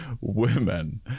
women